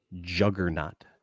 juggernaut